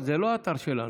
זה לא אתר שלנו.